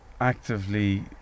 actively